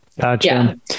Gotcha